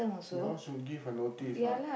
you all should give a notice what